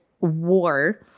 war